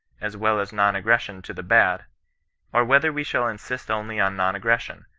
as well as non-aggression to the bad or whether we shall insist only on non-aggression,